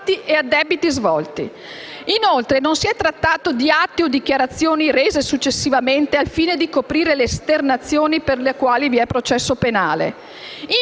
Grazie,